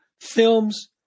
films